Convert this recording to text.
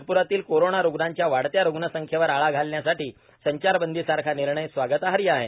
नागप्रातील कोरोना रुग्णांच्या वाढत्या रुग्णसंख्येवर आळा घालण्यासाठी संचारबंदीसारखा निर्णय स्वागतार्ह आहे